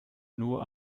nur